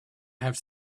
have